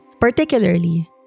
particularly